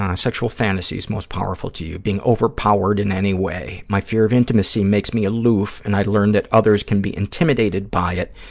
um sexual fantasies most powerful to you. being overpowered in any way. my fear of intimacy makes me aloof and i learned that others can be intimidated by it,